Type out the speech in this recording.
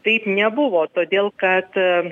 taip nebuvo todėl kad